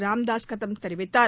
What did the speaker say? ராம்தாஸ் கதம் தெரிவித்தார்